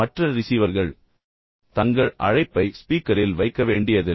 மற்ற ரிசீவர்கள் தங்கள் அழைப்பை ஸ்பீக்கரில் வைக்க வேண்டியதில்லை